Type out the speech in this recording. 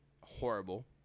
horrible